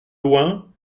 loin